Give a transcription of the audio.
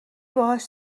باهاش